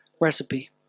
recipe